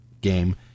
game